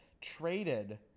traded